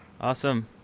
Awesome